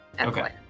Okay